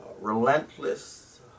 relentless